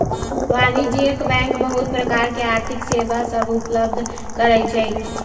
वाणिज्यिक बैंक बहुत प्रकार के आर्थिक सेवा सभ उपलब्ध करइ छै